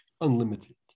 unlimited